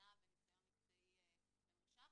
הבנה וניסיון מקצועי ממושך,